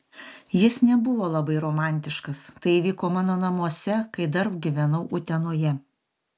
jis nebuvo labai romantiškas tai įvyko mano namuose kai dar gyvenau utenoje